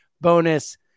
bonus